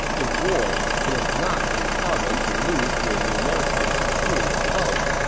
in war, it is not uncommon to lose to a numerically superior foe.